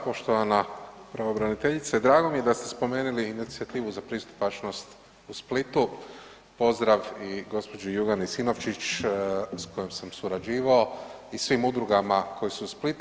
Poštovana pravobraniteljice, drago mi je da ste spomenili inicijativu „Za pristupačnost u Splitu“, pozdrav i gđi. Jugani Sinovčić s kojom sam surađivao i svim udrugama koje su iz Splita.